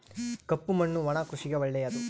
ಕಪ್ಪು ಮಣ್ಣು ಒಣ ಕೃಷಿಗೆ ಒಳ್ಳೆಯದು